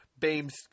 Bames